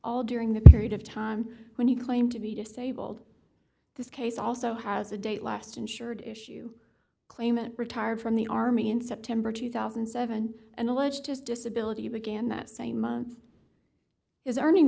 all during the period of time when he claimed to be disabled this case also has a date last insured issue claimant retired from the army in september two thousand and seven and alleged his disability began that same month is earning